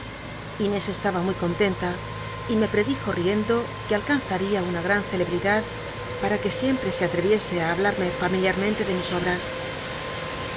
inés estaba muy contenta y me predijo riendo quedaria una gran cclebl'idad para que siempte se atreviese á hablarme familiarmente de mis obtas